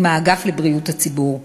עם האגף לבריאות הציבור.